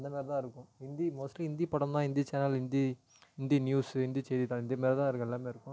அந்த மாதிரிதான் இருக்கும் ஹிந்தி மோஸ்ட்லி இந்தி படம்தான் ஹிந்தி சேனல் ஹிந்தி ஹிந்தி நியூஸு ஹிந்தி செய்தி தான் இந்த மாரி தான் எல்லாம் இருக்கும்